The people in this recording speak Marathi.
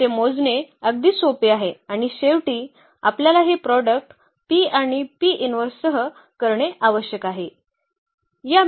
तर ते मोजणे अगदी सोपे आहे आणि शेवटी आपल्याला हे प्रॉडक्ट P आणि सह करणे आवश्यक आहे